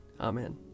Amen